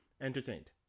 entertained